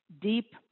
deep